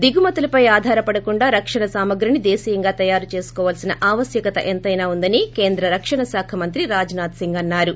దిగుమతులపై ఆధారపడకుండా రక్షణ సామాగ్రిని దేశీయంగా తయారు చేసుకోవాల్సిన ఆవశ్వకత ఎంతైనా ఉందని కేంద్ర రక్షణ శాఖ మంత్రి రాజ్ నాథ్ సింగ్ అన్నారు